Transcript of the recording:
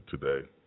today